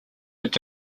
would